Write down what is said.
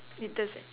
it doesn't